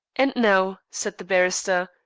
and now, said the barrister,